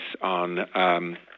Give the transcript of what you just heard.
on